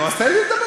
נו, אז תן לי לדבר.